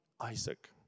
Isaac